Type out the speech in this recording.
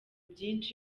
byinshi